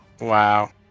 Wow